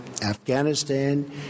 Afghanistan